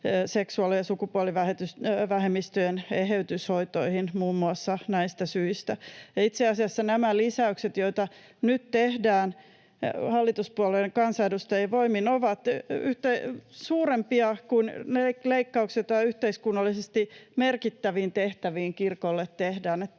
seksuaali- ja sukupuolivähemmistöjen eheytyshoitoihin, muun muassa näistä syistä. Itse asiassa nämä lisäykset, joita nyt tehdään hallituspuolueiden kansanedustajien voimin, ovat suurempia kuin ne leikkaukset, joita yhteiskunnallisesti merkittäviin tehtäviin kirkolle tehdään.